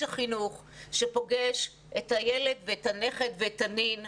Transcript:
החינוך שפוגש את הילד ואת הנכד ואת הנין,